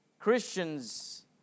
Christians